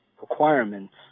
requirements